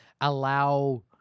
allow